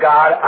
God